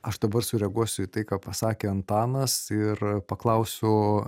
aš dabar sureaguosiu į tai ką pasakė antanas ir paklausiu